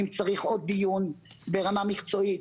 אם צריך עוד דיון ברמה מקצועית,